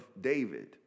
David